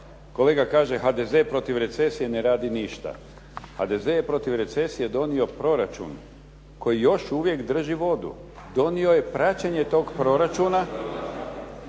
Kolega kaže HDZ protiv recesije ne radi ništa. HDZ je protiv recesije donio proračun koji još uvijek drži vodu. Donio je praćenje tog proračuna.